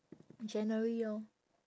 january lor